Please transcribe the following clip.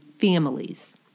families